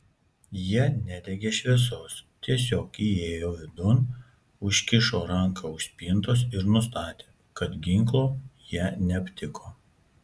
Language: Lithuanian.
jis nedegė šviesos tiesiog įėjo vidun užkišo ranką už spintos ir nustatė kad ginklo jie neaptiko